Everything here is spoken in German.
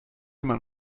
man